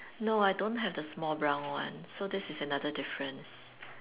no I don't have the small brown one so this is another difference